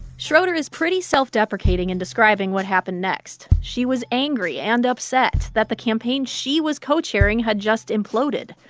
schroeder is pretty self-deprecating and describing what happened next. she was angry and upset that the campaign she was co-chairing had just imploded.